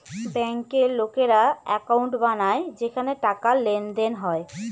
ব্যাঙ্কের লোকেরা একাউন্ট বানায় যেখানে টাকার লেনদেন হয়